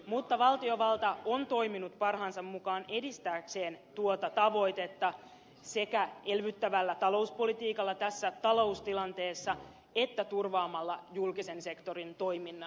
mutta valtiovalta on toiminut parhaansa mukaan edistääkseen tuota tavoitetta sekä elvyttävällä talouspolitiikalla tässä taloustilanteessa että turvaamalla julkisen sektorin toiminnan